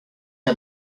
had